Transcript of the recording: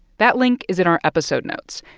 that link is in our episode notes.